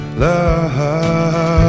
love